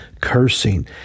Cursing